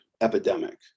epidemic